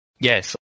Yes